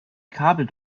kabel